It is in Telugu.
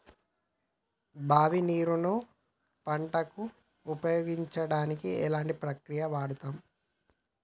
బావి నీరు ను పంట కు ఉపయోగించడానికి ఎలాంటి ప్రక్రియ వాడుతం?